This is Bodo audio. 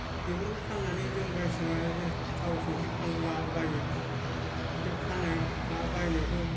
बेफोरखौ फाननानै जों बायदिसिना थाव संख्रि फानलु माबा बायो बे फाननाय बायनायावथ'